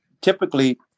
typically